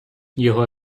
його